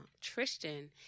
Tristan